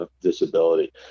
disability